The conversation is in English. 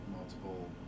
multiple